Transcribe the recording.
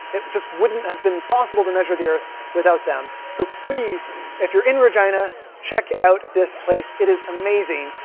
it just wouldn't have been possible to measure the earth without them, so, please if you're in regina check out this place! it is amazing.